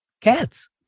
cats